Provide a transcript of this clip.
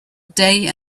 day